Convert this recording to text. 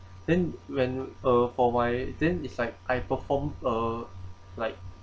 then when uh for my then it's like I perform uh like